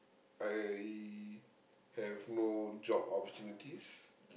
I have no job opportunities